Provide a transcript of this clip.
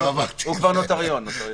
הוא כבר נוטריון.